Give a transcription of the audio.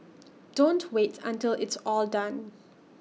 don't wait until it's all done